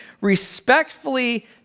respectfully